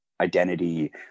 identity